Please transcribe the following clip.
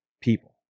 people